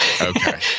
Okay